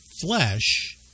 flesh